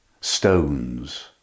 stones